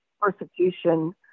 persecution